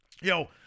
yo